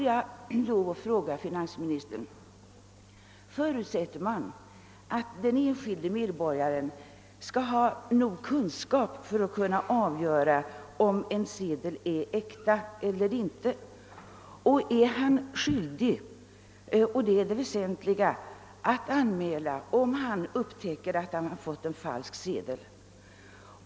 Jag vill fråga finansministern om man förutsätter att den enskilde medborgaren skall ha tillräckliga kunskaper för att kunna avgöra om en sedel är äkta eller inte. är han skyldig — och det är det väsentliga — att göra anmälan om han upptäcker att han fått en falsk sedel.